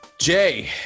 Jay